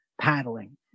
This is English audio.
paddling